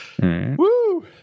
Woo